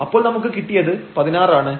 അപ്പോൾ നമുക്ക് കിട്ടിയത് 16 ആണ്